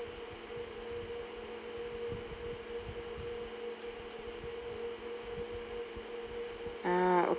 ah okay